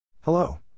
Hello